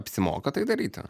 apsimoka tai daryti